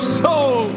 soul